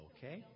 Okay